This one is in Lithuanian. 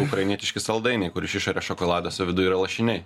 ukrainietiški saldainiai kur iš išorės šokoladas o viduj yra lašiniai